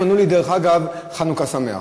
הם ענו לי, דרך אגב, חנוכה שמח.